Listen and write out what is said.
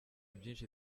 byinshi